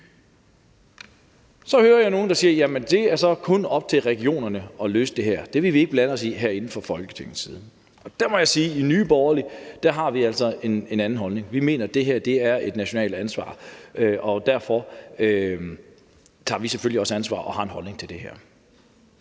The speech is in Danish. Så hører jeg nogle sige: Jamen det er op til regionerne at løse det her, det vil vi ikke blande os i fra Folketingets side. Der må jeg sige, at vi i Nye Borgerlige altså har en anden holdning. Vi mener, det her er et nationalt ansvar, og derfor tager vi selvfølgelig også ansvar og har en holdning til det her.